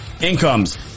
incomes